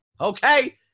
okay